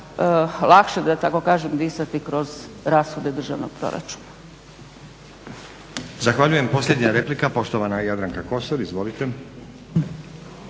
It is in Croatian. lakše da tako kažem disati kroz rashode državnog proračuna.